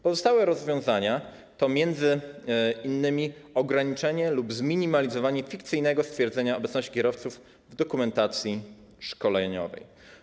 Pozostałe rozwiązania to m.in. ograniczenie lub zminimalizowanie fikcyjnego stwierdzenia obecności kierowców w dokumentacji szkoleniowej.